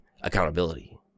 Accountability